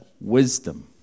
wisdom